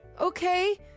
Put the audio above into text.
Okay